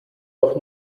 doch